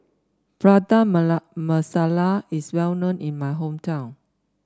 Prata Masala is well known in my hometown